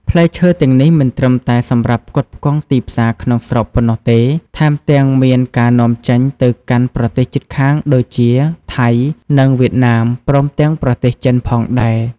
ផ្លែឈើទាំងនេះមិនត្រឹមតែសម្រាប់ផ្គត់ផ្គង់ទីផ្សារក្នុងស្រុកប៉ុណ្ណោះទេ ថែមទាំងមានការនាំចេញទៅកាន់ប្រទេសជិតខាងដូចជា ថៃ និងវៀតណាម ព្រមទាំងប្រទេសចិនផងដែរ។